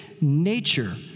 nature